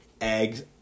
eggs